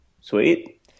Sweet